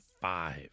five